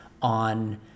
on